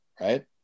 right